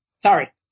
Sorry